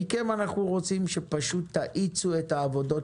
מכם במועצה לצרכנות אנחנו רוצים שתאיצו את העבודות